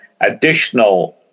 additional